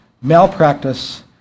malpractice